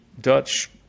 Dutch